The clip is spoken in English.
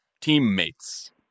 teammates